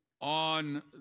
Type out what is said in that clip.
on